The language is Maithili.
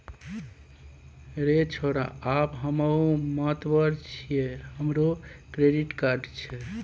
रे छौड़ा आब हमहुँ मातबर छियै हमरो क्रेडिट कार्ड छै